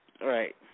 Right